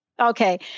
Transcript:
Okay